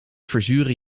verzuren